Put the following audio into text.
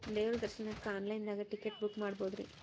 ದೇವ್ರ ದರ್ಶನಕ್ಕ online ದಾಗ ಟಿಕೆಟ ಬುಕ್ಕ ಮಾಡ್ಬೊದ್ರಿ?